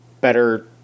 Better